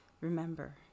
remember